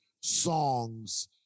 songs